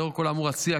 לאור כל האמור אציע,